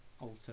alter